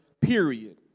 period